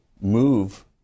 move